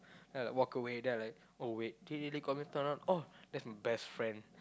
then I like walk away then I'm like did they really call me turn around oh that's my best friend